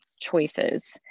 choices